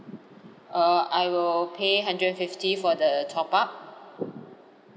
err I will pay hundred and fifty for the top up